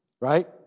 Right